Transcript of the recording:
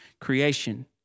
creation